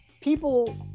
people